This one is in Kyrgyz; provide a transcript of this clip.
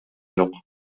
жок